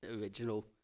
original